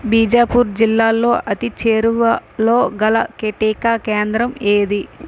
బీజాపూర్ జిల్లాలో అతి చేరువలో గల టీకా కేంద్రం ఏది